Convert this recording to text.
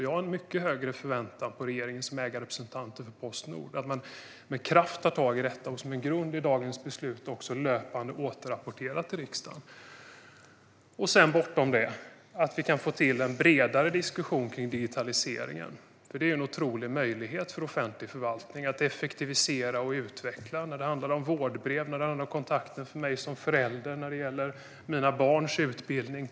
Jag har mycket högre förväntningar på regeringen att som ägarrepresentanter för Postnord med kraft ta tag i detta. Med grund i det beslut vi ska fatta i dag ska man också löpande återrapportera till riksdagen. Bortom detta hoppas jag att vi kan få till en bredare diskussion om digitaliseringen. Det är nämligen en otrolig möjlighet för offentlig förvaltning att effektivisera och utveckla. Det handlar om vårdbrev, och det handlar till exempel om kontakten för mig som förälder när det gäller mina barns utbildning.